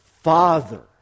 Father